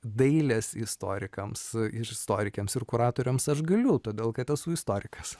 dailės istorikams ir istorikėms ir kuratoriams aš galiu todėl kad esu istorikas